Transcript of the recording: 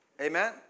amen